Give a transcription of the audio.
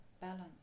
balance